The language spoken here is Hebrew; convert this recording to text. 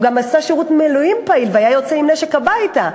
גם עשה שירות מילואים פעיל והיה יוצא עם נשק הביתה.